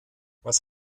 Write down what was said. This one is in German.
was